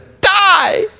die